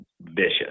vicious